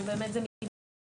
שבאמת זה מתנהל.